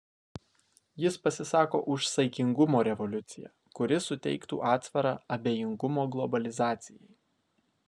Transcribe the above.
jis pasisako už saikingumo revoliuciją kuri suteiktų atsvarą abejingumo globalizacijai